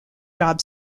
job